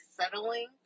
settling